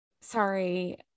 Sorry